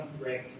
great